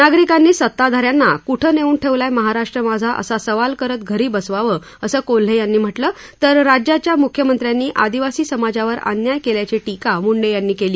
नागरिकांनी सत्ताधाऱ्यांना कुठं नेऊन ठेवलाय महाराष्ट्र माझा असा सवाल करत घरी बसवाव असं कोल्हे यांनी म्हटलं तर राज्याच्या मुख्यमंत्र्यांनी आदिवासी समाजावर अन्याय केल्याची टीका मुंडे यांनी केली